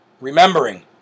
remembering